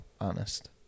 honest